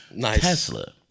Tesla